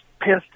pissed